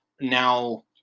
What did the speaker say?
now